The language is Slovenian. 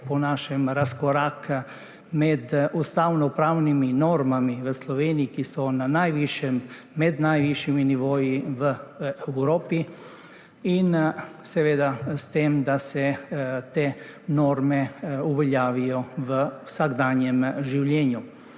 po našem velik razkorak med ustavnopravnimi normami v Sloveniji, ki so med najvišjimi nivoji v Evropi, seveda s tem, da se te norme uveljavijo v vsakdanjem življenju.